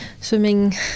swimming